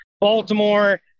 Baltimore